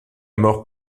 mort